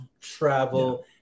travel